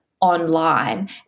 online